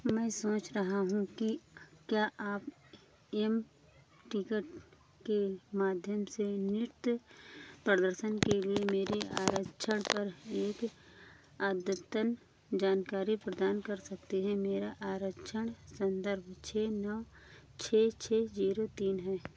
मैं सोच रहा हूँ कि क्या आप एम टिकट के माध्यम से नृत्य प्रदर्शन के लिए मेरे आरक्षण पर एक अद्यतन जानकारी प्रदान कर सकते हैं मेरा आरक्षण संदर्भ छः नौ छः छः जीरो तीन है